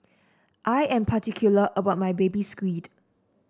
I am particular about my Baby Squid